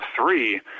three